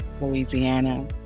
Louisiana